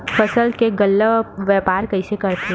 फसल के गल्ला व्यापार कइसे करथे?